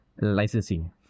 licensing